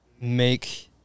make